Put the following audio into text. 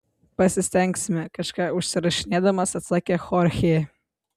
pasistengsime kažką užsirašinėdamas atsakė chorchė